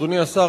אדוני השר,